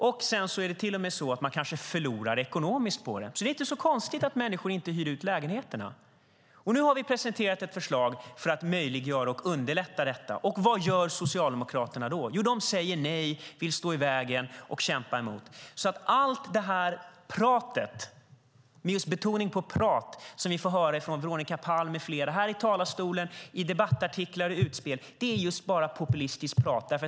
Dessutom kanske de förlorar ekonomiskt på det. Det är alltså inte konstigt att människor inte hyr ut dessa lägenheter. Nu har vi presenterat ett förslag för att möjliggöra och underlätta uthyrningen, och vad gör Socialdemokraterna då? Jo, de säger nej, de vill stå i vägen, de kämpar emot. Allt prat, med betoning på prat, som vi får höra från Veronica Palm med flera i talarstolen och i form av debattartiklar och utspel är just bara populistiskt prat.